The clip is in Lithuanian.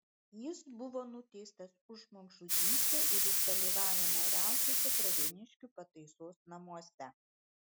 jis buvo nuteistas už žmogžudystę ir už dalyvavimą riaušėse pravieniškių pataisos namuose